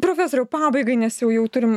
profesoriau pabaigai nes jau jau turim